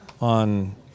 on